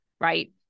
right